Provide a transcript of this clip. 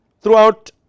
throughout